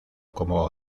como